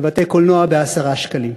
לבתי-קולנוע ב-10 שקלים.